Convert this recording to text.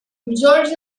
majority